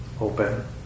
open